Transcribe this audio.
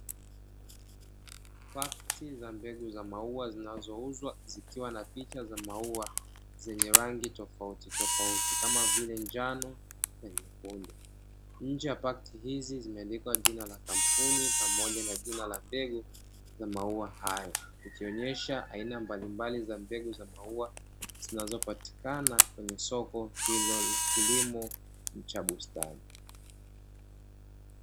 Pakti za mbegu za maua zinazouzwa zikiwa na picha za maua zenye rangi tofautitofauti, kama vile njano na nyekundu. Nje ya pakti hizi zimeandikwa jina la kampuni pamoja na jina la mbegu za maua hayo, ikionyesha aina mbalimbali za mbegu za maua zinazopatikana kwenye soko hilo la kilimo cha bustani.